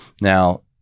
Now